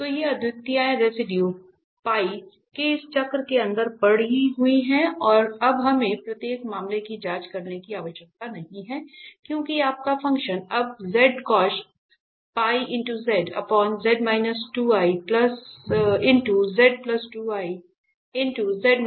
तो ये सभी अद्वितीयताएं रेडियस के इस चक्र के अंदर पड़ी हुई है और अब हमें प्रत्येक मामले की जांच करने की आवश्यकता नहीं है क्योंकि आपका फ़ंक्शन अब है